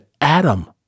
Adam